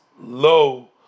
low